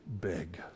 big